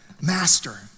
Master